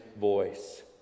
voice